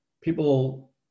people